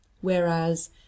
whereas